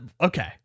Okay